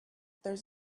that